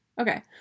Okay